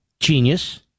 genius